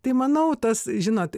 tai manau tas žinot